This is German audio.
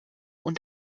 und